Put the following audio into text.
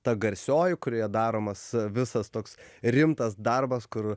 ta garsioji kurioje daromas visas toks rimtas darbas kur